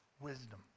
wisdom